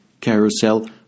carousel